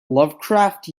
lovecraft